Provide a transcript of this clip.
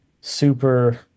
super